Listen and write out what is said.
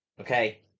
Okay